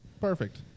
Perfect